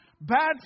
bad